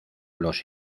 los